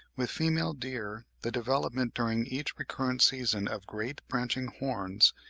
with female deer the development during each recurrent season of great branching horns,